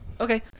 Okay